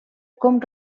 com